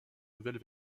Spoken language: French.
nouvelle